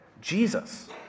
Jesus